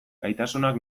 gaitasunak